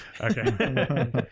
okay